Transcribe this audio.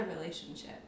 relationship